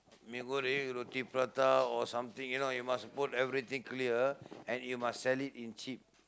mee-goreng roti-prata or something you know you must put everything clear and you must sell it in cheap